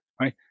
right